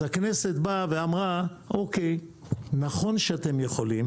אז הכנסת באה ואמרה: אוקי, נכון שאתם יכולים